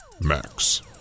Max